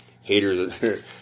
haters